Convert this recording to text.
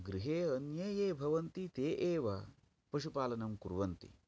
गृहे अन्ये ये भवन्ति ते एव पशुपालनं कुर्वन्ति